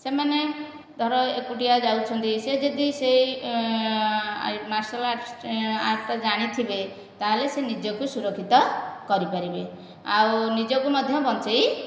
ସେମାନେ ଧର ଏକୁଟିଆ ଯାଉଛନ୍ତି ସେ ଯଦି ସେହି ମାର୍ଶାଲ ଆର୍ଟ ଜାଣିଥିବେ ତା'ହେଲେ ସେ ନିଜକୁ ସୁରକ୍ଷିତ କରିପାରିବେ ଆଉ ନିଜକୁ ମଧ୍ୟ ବଞ୍ଚାଇ